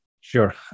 sure